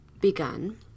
begun